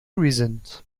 reasons